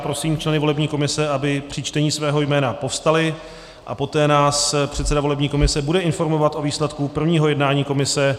Prosím členy volební komise, aby při čtení svého jména povstali, a poté nás předseda volební komise bude informovat o výsledku prvního jednání komise.